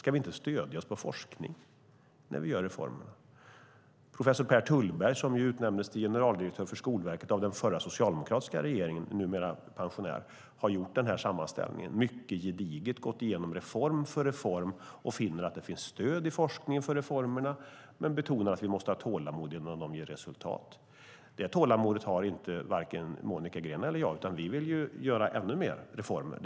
Ska vi inte stödja oss på forskning när vi gör reformerna? Professor Per Thullberg, som ju utnämndes till generaldirektör för Skolverket av den förra, socialdemokratiska regeringen och som numera är pensionär, har gjort den här sammanställningen. Han har mycket gediget gått igenom reform för reform och finner att det finns stöd i forskningen för reformerna men betonar att vi måste ha tålamod innan de ger resultat. Det tålamodet har varken Monica Green eller jag, utan vi vill göra ännu fler reformer. Det behövs.